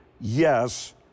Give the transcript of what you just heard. yes